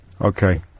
Okay